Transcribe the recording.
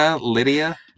Lydia